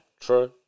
true